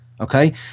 Okay